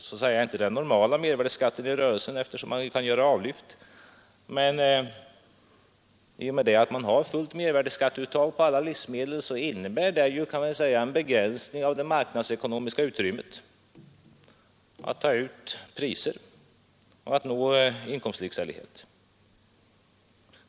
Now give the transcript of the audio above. Det gäller inte den normala mervärdeskatten i rörelsen, eftersom man kan göra avlyft, men det stora mervärdeskatteuttaget på alla livsmedel innebär en begränsning av det marknadsekonomiska utrymmet för att ta ut priser och därmed nå inkomstlikställighet.